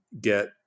get